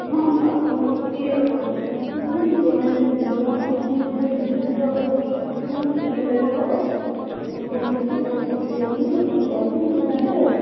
ହଁ ମ୍ୟାମ୍ ଆଉ କଣ କହୁଥିଲି କି ଆଉ ଫ୍ରୀ ଯେତେବେଳେ ଥିବେ ମୁଁ ସେହି ଟାଇମ୍ରେ ଯିବି ଆପଣ ଥିବେ ଯଦି ବିଜି ଥିବେ ଆପଣ ଯଦି ବିଜି ଥିବେ ଅଧିକ କଷ୍ଟମର୍ ଥିବେ ମୁଁ ଗଲେ ଲେଟ୍ ହେବ ତ ସେଥିପାଇଁ କହୁଥିଲି କି କେଉଁ ଦିନ ଫ୍ରି ଅଛନ୍ତି କହିଲେ ମୁଁ ଟିକେ ଯାଆନ୍ତି ଆଉ